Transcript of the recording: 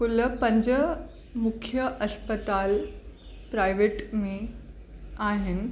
कुल पंज मुख्यु अस्पताल प्रायवेट में आहिनि